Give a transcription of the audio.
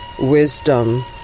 Wisdom